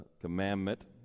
commandment